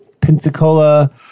Pensacola